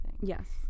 yes